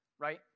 Right